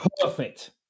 Perfect